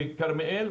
בכרמיאל,